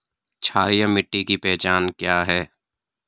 क्षारीय मिट्टी की पहचान क्या है?